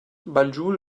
banjul